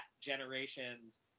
generation's